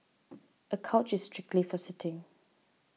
a couch is strictly for sitting